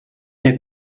der